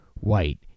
White